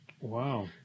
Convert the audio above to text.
Wow